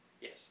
Yes